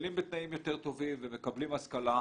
גדלים בתנאים יותר טובים ומקבלים השכלה,